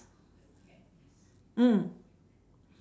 mm